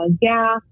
gas